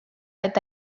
eta